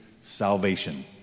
salvation